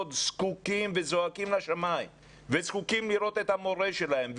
זקוקים וזועקים לשמיים וזקוקים לראות את המורה שלהם.